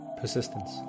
Persistence